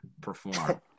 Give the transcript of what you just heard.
perform